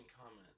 comment